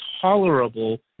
tolerable